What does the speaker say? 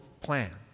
plan